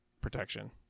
protection